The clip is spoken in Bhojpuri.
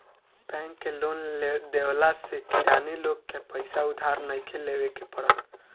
बैंक के लोन देवला से किरानी लोग के पईसा उधार नइखे लेवे के पड़त